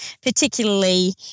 particularly